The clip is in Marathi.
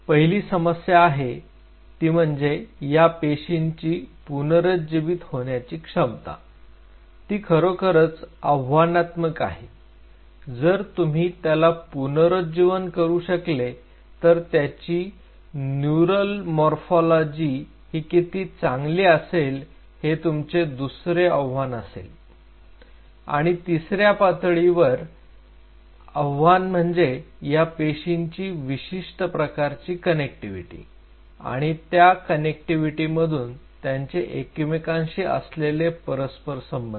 पहिली समस्या आहे ती म्हणजे या पेशींची पुनरुज्जीवित होण्याची क्षमता ती खरोखरच आव्हानात्मक आहे जर तुम्ही त्याला पुनरूज्जीवन करू शकले तर त्याची न्युरल मोर्फोलॉजी ही किती चांगली असेल हे तुमचे दुसरे आव्हान असेल आणि तिसऱ्या पातळीवरील आव्हान म्हणजे या पेशींची विशिष्ट प्रकारची कनेक्टिविटी आणि त्या कनेक्टिविटी मधून त्यांचे एकमेकांशी असलेले परस्पर संबंध